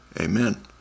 Amen